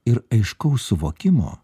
ir aiškaus suvokimo